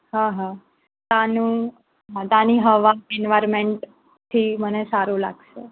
હ હા હા ત્યાંનું હા ત્યાંની હવા એનવાયરમેન્ટથી મને સારું લાગશે